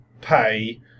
pay